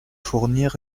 fournir